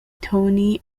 toni